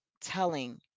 telling